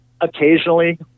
Occasionally